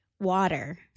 water